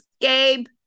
Gabe